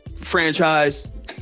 franchise